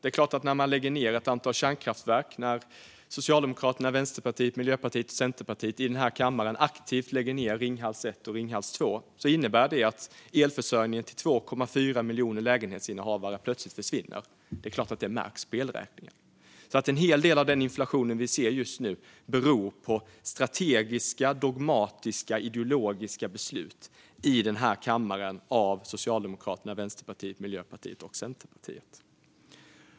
När man lägger ned ett antal kärnkraftverk, när Socialdemokraterna, Vänsterpartiet, Miljöpartiet och Centerpartiet i den här kammaren aktivt lägger ned Ringhals 1 och Ringhals 2, innebär det att elförsörjningen till 2,4 miljoner lägenhetsinnehavare plötsligt försvinner. Det är klart att det märks på elräkningen. En hel del av den inflation vi ser just nu beror på strategiska, dogmatiska och ideologiska beslut som har fattats i den här kammaren av Socialdemokraterna, Vänsterpartiet, Miljöpartiet och Centerpartiet.